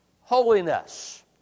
Holiness